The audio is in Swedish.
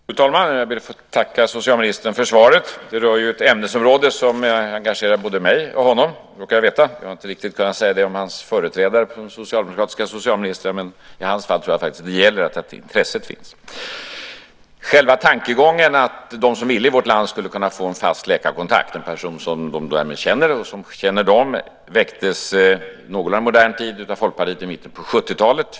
Fru talman! Jag ber att få tacka socialministern för svaret. Det rör ett ämnesområde som engagerar både mig och honom. Det råkar jag veta. Jag har inte riktigt kunnat säga det om hans företrädare som socialdemokratiska socialministrar. Men i hans fall tror jag faktiskt det gäller att intresset finns. Själva tankegången att de i vårt land som ville, skulle kunna få en fast läkarkontakt, en person som de därmed känner och som känner dem, väcktes i någorlunda modern tid av Folkpartiet i mitten på 70-talet.